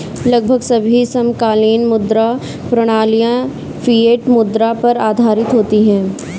लगभग सभी समकालीन मुद्रा प्रणालियाँ फ़िएट मुद्रा पर आधारित होती हैं